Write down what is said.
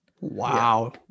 Wow